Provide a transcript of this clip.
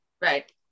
right